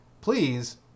please